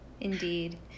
indeed